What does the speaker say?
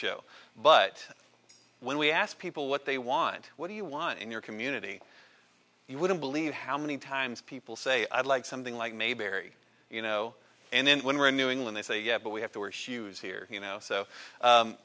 show but when we ask people what they want what do you want in your community you wouldn't believe how many times people say i'd like something like mayberry you know and then when we're in new england they say yeah but we have to wear shoes here you know so